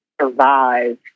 survive